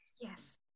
Yes